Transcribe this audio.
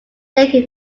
lake